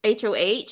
HOH